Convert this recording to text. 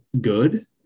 good